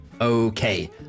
Okay